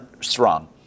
strong